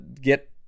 get